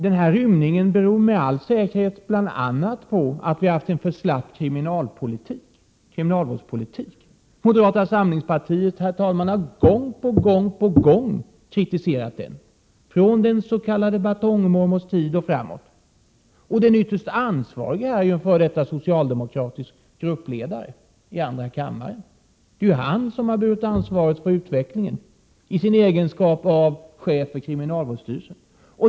Denna rymning beror med all säkerhet bl.a. på att kriminalvårdspolitiken har varit för slapp. Moderata samlingspartiet har gång på gång kritiserat den, från ”batongmormors” tid och framåt. Den ytterst ansvarige är en f.d. 7 socialdemokratisk gruppledare i andra kammaren, som har burit ansvaret för utvecklingen i sin egenskap av chef för kriminalvårdsstyrelsen.